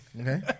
Okay